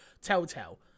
Telltale